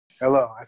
Hello